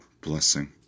blessing